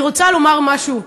אני רוצה לומר משהו: